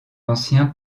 ancien